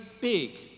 big